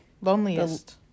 loneliest